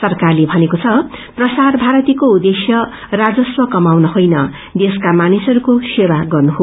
सरारले भनेको छ प्रसार भारतीको उछेश्य राजस्व कमाउन होइन देशका मानिसहरूको सेवा गर्नु हो